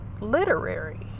literary